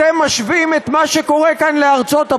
אתם משווים את מה שקורה כאן לארצות-הברית?